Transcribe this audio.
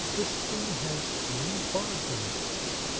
the sting has tiny barbs on its tip,